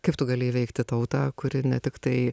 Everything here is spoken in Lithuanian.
kaip tu gali įveikti tautą kuri ne tiktai